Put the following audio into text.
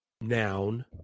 noun